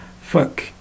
Fuck